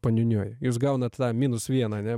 paniūniuoji jūs gaunat tą minus vieną ane